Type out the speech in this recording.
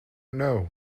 know